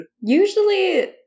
Usually